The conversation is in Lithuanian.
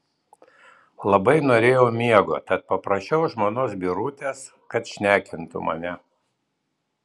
labai norėjau miego tad paprašiau žmonos birutės kad šnekintų mane